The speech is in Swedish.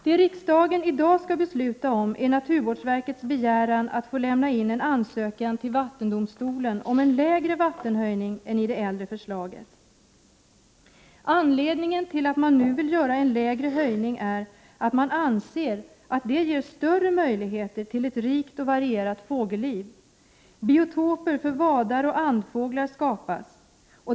Det riksdagen i dag skall fatta beslut om är naturvårdsverkets begäran att få lämna in en ansökan till vattendomstolen om en lägre vattenståndshöjning än den som det talas om i det äldre förslaget. Anledningen till att man nu vill göra en lägre höjning är att man anser att man därmed skapar större möjligheter till ett rikt och varierat fågelliv. Biotoper för vadaroch andfåglar skapas.